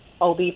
OB